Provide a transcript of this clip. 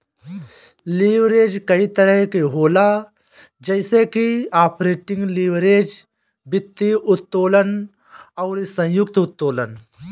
leverage कई तरही के होला जइसे की आपरेटिंग लीवरेज, वित्तीय उत्तोलन अउरी संयुक्त उत्तोलन